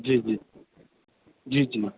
ਜੀ ਜੀ ਜੀ ਜੀ